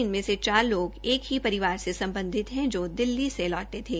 इनमें से चार लोग एक ही परिवार से सम्बधित है जो दिल्ली से अम्बाला लौटे थे